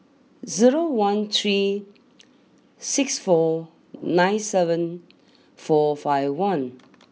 zero one three six four nine seven four five one